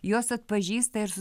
juos atpažįsta ir su